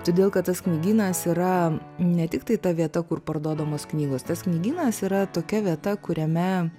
todėl kad tas knygynas yra ne tiktai ta vieta kur parduodamos knygos tas knygynas yra tokia vieta kuriame